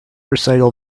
recital